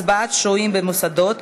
הצבעת שוהים במוסדות),